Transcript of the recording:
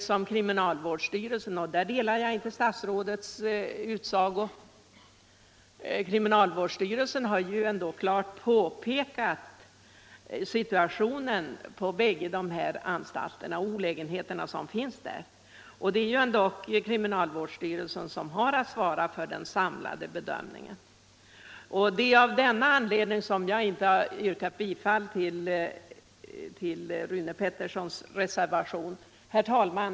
Kriminalvårdsstyrelsen har ju ändå — där instämmer jag inte i statsrådets utsagor — klart påtalat situationen på båda anstalterna och de olägenheter som finns där, och det är kriminalvårdsstyrelsen som har att svara för den samlade bedömningen. Det är av denna anledning jag inte yrkat bifall till Rune Petterssons reservation. Herr talman!